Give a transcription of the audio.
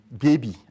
baby